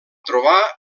trobar